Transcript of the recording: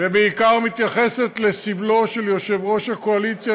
ובעיקר מתייחסת לסבלו של יושב-ראש הקואליציה,